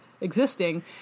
existing